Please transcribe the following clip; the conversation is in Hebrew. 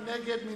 מי נגד?